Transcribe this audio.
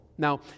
Now